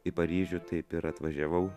į paryžių taip ir atvažiavau